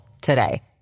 today